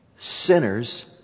sinners